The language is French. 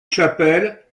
chapelle